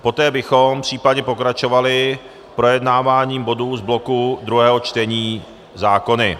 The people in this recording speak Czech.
Poté bychom případně pokračovali projednáváním bodů z bloku druhého čtení zákony.